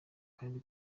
kandi